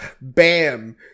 Bam